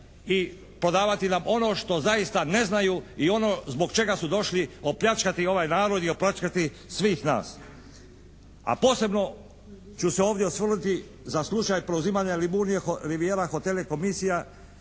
i prodavati nam ono što zaista neznaju i ono zbog čega su došli opljačkati ovaj narod i opljačkati svih nas, a posebno ću se ovdje osvrnuti za slučaj preuzimanja "Liburnije rivijera hotela" komisija